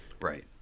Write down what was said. Right